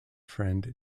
friend